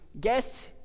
Guess